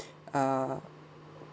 uh